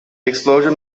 explosion